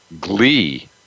Glee